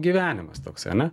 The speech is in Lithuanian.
gyvenimas toksai ane